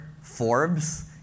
Forbes